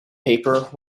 paper